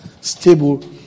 stable